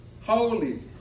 holy